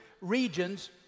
regions